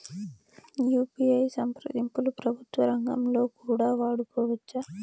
UPI సంప్రదింపులు ప్రభుత్వ రంగంలో కూడా వాడుకోవచ్చా?